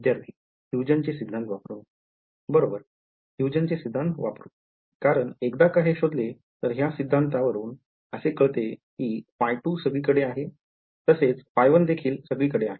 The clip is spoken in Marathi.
विद्यार्थी हुयजनचे सिद्धांत हुयजन सिद्धांत वापरू कारण एकदा का हे शोधले तर ह्या सिद्धांता वरून असे कळेल की ϕ2 सगळीकडे आहे तसेच ϕ1 देखील सगळीकडे आहे